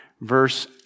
verse